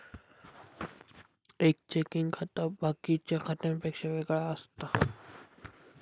एक चेकिंग खाता बाकिच्या खात्यांपेक्षा वेगळा असता